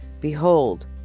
behold